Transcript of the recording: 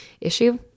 Issue